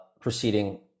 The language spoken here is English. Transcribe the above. proceeding